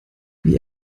wie